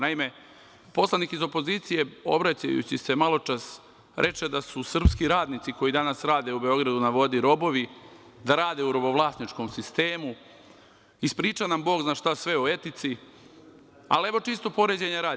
Naime, poslanik iz opozicije, obraćajući se maločas reče da su srpski radnici koji danas rade u Beogradu na vodi robovi, da rade u robovlasničkom sistemu, ispričao nam Bog zna šta sve o etici, ali evo čisto poređenja radi.